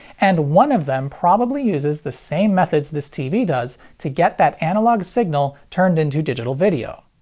and one of them probably uses the same methods this tv does to get that analog signal turned into digital video.